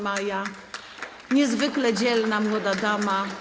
Maja, niezwykle dzielna młoda dama.